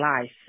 life